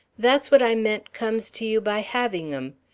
that's what i meant comes to you by having em.